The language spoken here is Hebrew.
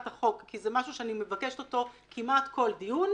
החוק - כי זה משהו שאני מבקשת אותו כמעט כל דיון.